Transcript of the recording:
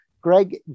Greg